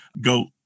go